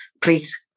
please